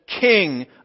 King